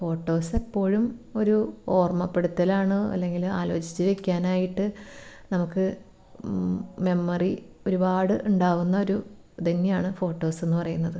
photos എപ്പോഴും ഒരു ഓര്മ്മപ്പെടുത്തലാണ് അല്ലെങ്കില് ആലോചിച്ച് വയ്ക്കാനായിട്ട് നമുക്ക് മെമ്മറി ഒരുപാട് ഉണ്ടാവുന്ന ഒരു ഇതുതന്നെയാണ് ഫോട്ടോസ് എന്ന് പറയുന്നത്